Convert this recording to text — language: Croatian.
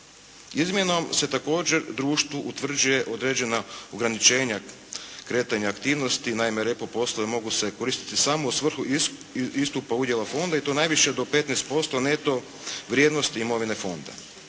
Izmjenom se također društvu utvrđuje određena ograničenja kretanja aktivnosti, naime PREPRO poslovi mogu se koristiti samo u svrhu istupa udjela fonda i to najviše do 15% neto vrijednosti imovine Fonda.